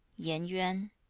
yen yuan.